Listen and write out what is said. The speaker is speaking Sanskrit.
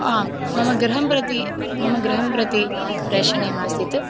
आं मम गृहं प्रति मम गृहं प्रति प्रेषणीयमासीत्